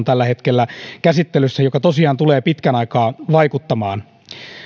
tällä hetkellä on käsittelyssä sellainen perussäädös joka tosiaan tulee pitkän aikaa vaikuttamaan